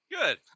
Good